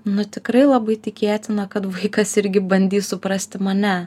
nu tikrai labai tikėtina kad vaikas irgi bandys suprasti mane